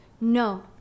No